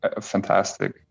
fantastic